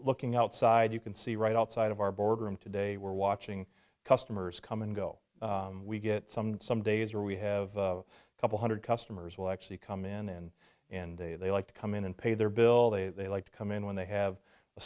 looking outside you can see right outside of our boardroom today we're watching customers come and go we get some some days or we have a couple hundred customers will actually come in and they they like to come in and pay their bill they like to come in when they have a